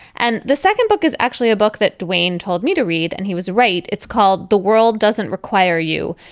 and the second book is actually a book that dwayne told me to read and he was right. it's called the world doesn't require you.